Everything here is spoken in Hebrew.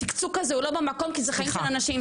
הצקצוק הזה הוא לא במקום כי זה חיים של אנשים.